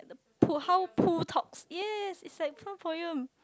to how Pooh talks yes it's like Pooh poem